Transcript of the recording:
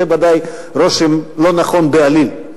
זה בוודאי רושם לא נכון בעליל.